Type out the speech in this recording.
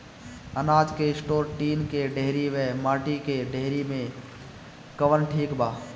अनाज के store tin के डेहरी व माटी के डेहरी मे कवन ठीक बा?